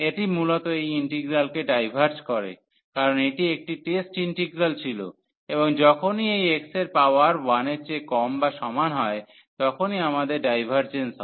এটি মূলত এই ইন্টিগ্রালটিকে ডাইভার্জ করে কারণ এটি একটি টেস্ট ইন্টিগ্রাল ছিল এবং যখনই এই x এর পাওয়ার 1 এর চেয়ে কম বা সমান হয় তখনই আমাদের ডাইভার্জেন্স হয়